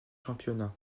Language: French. championnat